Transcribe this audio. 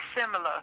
similar